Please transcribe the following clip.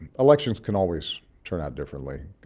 elections can always turn out differently.